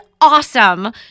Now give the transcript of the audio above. awesome